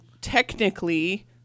technically